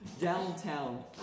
downtown